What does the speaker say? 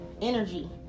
energy